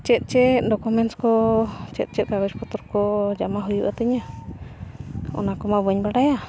ᱪᱮᱫ ᱪᱮᱫ ᱰᱚᱠᱳᱢᱮᱱᱴᱥ ᱠᱚ ᱪᱮᱫ ᱪᱮᱫ ᱠᱟᱜᱚᱡᱽ ᱯᱚᱛᱨᱚ ᱠᱚ ᱡᱚᱢᱟ ᱦᱩᱭᱩᱜ ᱛᱤᱧᱟᱹ ᱚᱱᱟ ᱠᱚᱢᱟ ᱵᱟᱹᱧ ᱵᱟᱰᱟᱭᱟ